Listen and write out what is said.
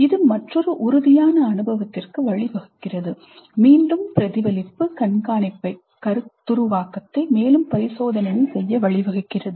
இது மற்றொரு உறுதியான அனுபவத்திற்கு வழிவகுக்கிறது மீண்டும் பிரதிபலிப்பு கண்காணிப்பை கருத்துருவாக்கத்தை மேலும் பரிசோதனையை செய்ய வழிவகுக்கிறது